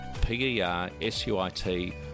P-E-R-S-U-I-T